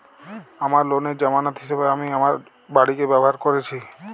আমার লোনের জামানত হিসেবে আমি আমার বাড়িকে ব্যবহার করেছি